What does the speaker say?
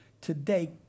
today